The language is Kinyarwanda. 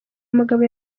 umugabo